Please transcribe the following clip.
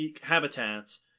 habitats